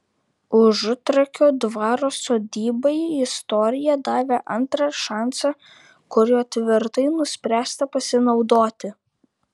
užutrakio dvaro sodybai istorija davė antrą šansą kuriuo tvirtai nuspręsta pasinaudoti